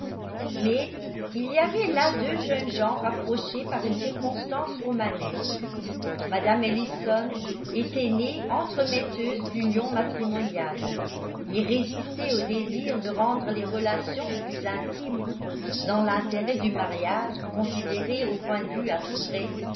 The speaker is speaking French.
mais il y avait là deux jeunes gens rapprochés par une circonstance romanesque mme ellison était née entremetteuse d'unions matrimoniales et résister au désir de rendre les relations plus intimes dans l'intérêt du mariage considéré au point de vue